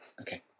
Okay